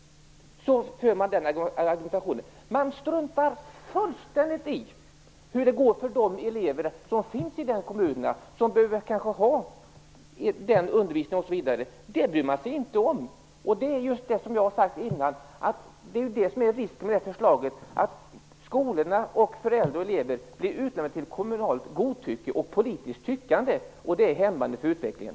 De socialdemokratiska kommunpolitikerna struntar fullständigt i hur det går för de elever i kommunen som behöver denna undervisning. Man bryr sig inte om dem. Det är detta som är risken med det här förslaget, att skolor, föräldrar och elever blir utlämnade till kommunalt godtycke och politiskt tyckande. Och det är hämmande för utvecklingen.